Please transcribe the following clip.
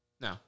No